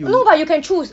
no but you can choose